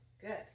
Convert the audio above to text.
Good